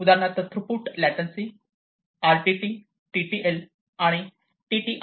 उदाहरणार्थ throughput latency RTT TTL आणि आणि TTI